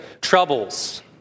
troubles